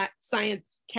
science